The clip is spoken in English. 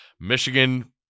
Michigan